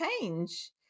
change